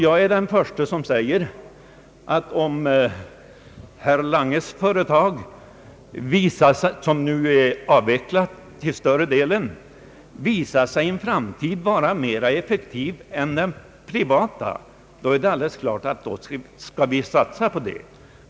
Jag är den förste att säga att om herr Langes företag, som nu är avvecklat till större delen, i en framtid visar sig vara mer effektivt än de privata är det självklart att vi skall satsa på det.